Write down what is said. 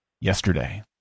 yesterday